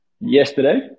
yesterday